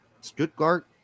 Stuttgart